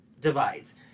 divides